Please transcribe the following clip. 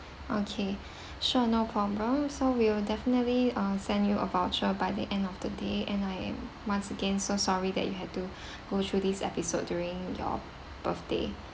okay sure no problem so we'll definitely uh send you a voucher by the end of the day and I once again so sorry that you had to go through this episode during your birthday